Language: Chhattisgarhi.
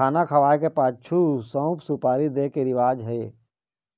खाना खवाए के पाछू सउफ, सुपारी दे के रिवाज हे